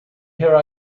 here